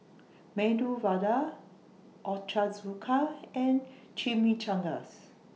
Medu Vada Ochazuke and Chimichangas